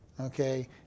okay